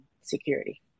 security